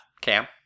Cam